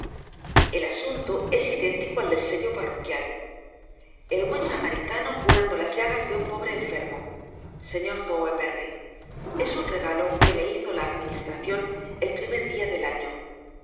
el asunto es identico al del sello parroquial el buen samaritano curando las llagas de im pobre cnfer mo señor sowerberry es un regalo que me hizo la administracion el primer dia del año